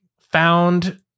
found